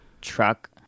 truck